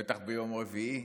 בטח ביום רביעי,